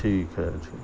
ٹھیک ہے اچھا